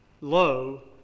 Lo